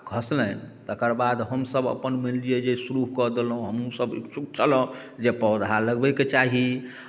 खसलनि तकर बाद हमसभ अपन मानि लिअ जे शुरू कऽ देलहुँ हमहूँसभ इच्छुक छलहुँ जे पौधा लगबैके चाही